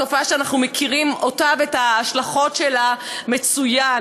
תופעה שאנחנו מכירים אותה ואת ההשלכות שלה מצוין.